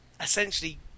essentially